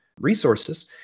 resources